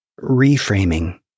reframing